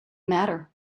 matter